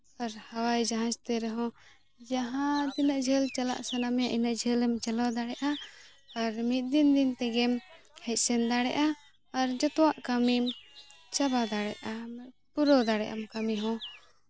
ᱟᱨ ᱦᱟᱣᱟᱭ ᱡᱟᱦᱟᱡᱽ ᱛᱮ ᱨᱮᱦᱚᱸ ᱡᱟᱦᱟᱸ ᱛᱤᱱᱟᱹᱜ ᱡᱷᱟᱹᱞ ᱪᱟᱞᱟᱜ ᱥᱟᱱᱟ ᱢᱮᱭᱟ ᱤᱱᱟᱹᱜ ᱡᱷᱟᱹᱞ ᱮᱢ ᱪᱟᱞᱟᱣ ᱫᱟᱲᱮᱭᱟᱜᱼᱟ ᱟᱨ ᱢᱤᱫ ᱫᱤᱱ ᱫᱤᱱ ᱛᱮᱜᱮᱢ ᱦᱮᱡ ᱥᱮᱱ ᱫᱟᱲᱮᱭᱟᱜᱼᱟ ᱟᱨ ᱡᱚᱛᱚᱣᱟᱜ ᱠᱟᱹᱢᱤᱢ ᱪᱟᱵᱟ ᱫᱟᱲᱮᱭᱟᱜᱼᱟ ᱯᱩᱨᱟᱹᱣ ᱫᱟᱲᱮᱭᱟᱜ ᱟᱢ ᱠᱟᱹᱢᱤ ᱦᱚᱸ